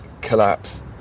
collapse